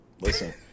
listen